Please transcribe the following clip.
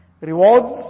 Rewards